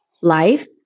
Life